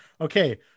okay